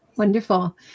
Wonderful